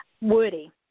Woody